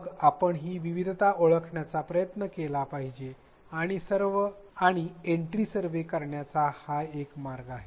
मग आपण ही विविधता ओळखण्याचा प्रयत्न केला पाहिजे आणि एंट्री सर्वे असे करण्याचा एक मार्ग आहे